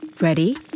Ready